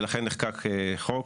ולכן נחקק חוק